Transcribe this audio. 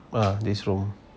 ah this room